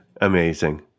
Amazing